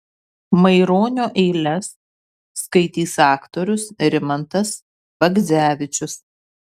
maironio eiles skaitys aktorius rimantas bagdzevičius